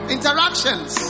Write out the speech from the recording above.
Interactions